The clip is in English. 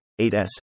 8S